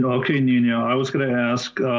um okay, ninia, i was gonna ask,